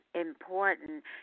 important